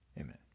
Amen